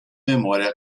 memória